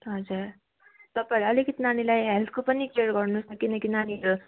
हजुर तपाईँहरूले अलिकति नानीलाई हेल्थको पनि केयर गर्नुहोस् न किनकि नानीहरू